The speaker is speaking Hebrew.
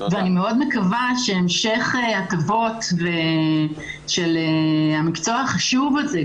אני מאוד מקווה שהמשך ההטבות של המקצוע החשוב הזה,